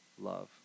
love